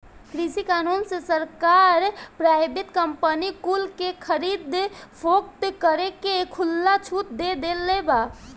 कृषि कानून से सरकार प्राइवेट कंपनी कुल के खरीद फोक्त करे के खुला छुट दे देले बा